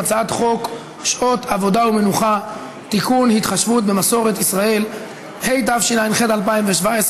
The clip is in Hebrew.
55 תומכים, אין מתנגדים, אין נמנעים.